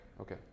okay